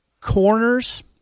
Corners